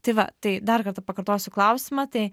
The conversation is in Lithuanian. tai va tai dar kartą pakartosiu klausimą tai